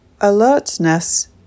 Alertness